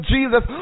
Jesus